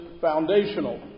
foundational